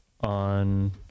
on